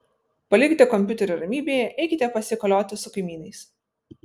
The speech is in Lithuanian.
palikite kompiuterį ramybėje eikite pasikolioti su kaimynais